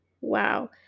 Wow